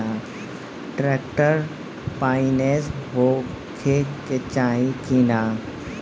Tractor पाईनेस होखे के चाही कि ना?